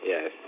Yes